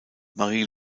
marie